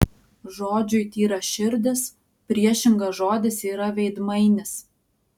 žodžiui tyraširdis priešingas žodis yra veidmainis